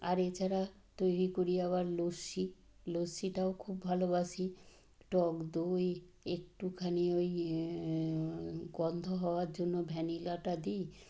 আর এছাড়া তৈরি করি আবার লস্যি লস্যিটাও খুব ভালোবাসি টক দই একটুখানি ওই গন্ধ হওয়ার জন্য ভ্যানিলাটা দিই